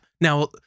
Now